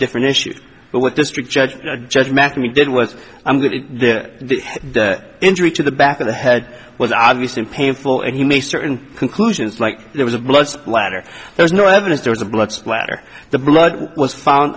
different issue but what district judge judge mcnamee did was i'm going in there the injury to the back of the head was obviously painful and he made certain conclusions like there was a blood splatter there's no evidence there was a blood splatter the blood was found